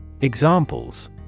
Examples